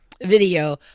video